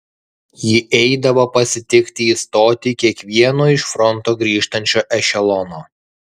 ji eidavo pasitikti į stotį kiekvieno iš fronto grįžtančio ešelono